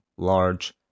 large